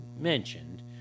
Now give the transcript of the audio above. mentioned